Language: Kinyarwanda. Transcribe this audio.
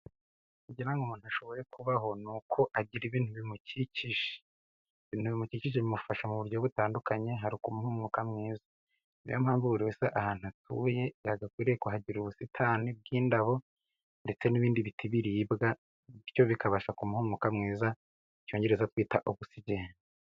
Kugira ngo umuntu ashobore kubaho ni uko agira ibintu bimukikije, ibintu bimukikije bimufasha mu buryo butandukanye, hari ukumuha umwuka mwiza, niyo mpamvu buri wese ahantu atuye yagakwiriye kuhagira ubusitani bw'indabo ndetse n'ibindi biti biribwa, bityo bikabasha kumuha umwuka mwiza mu cyongereza twita ogusigene.